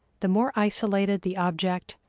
the more isolated the object,